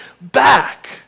back